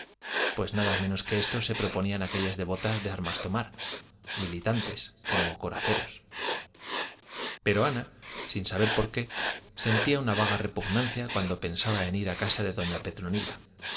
pues nada menos que esto se proponían aquellas devotas de armas tomar militantes como coraceros pero ana sin saber por qué sentía una vaga repugnancia cuando pensaba en ir a casa de doña petronila